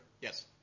Yes